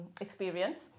experience